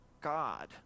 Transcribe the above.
God